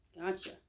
gotcha